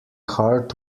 hard